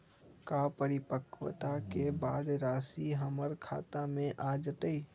का परिपक्वता के बाद राशि हमर खाता में आ जतई?